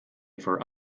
for